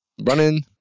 Running